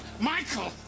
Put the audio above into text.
Michael